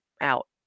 out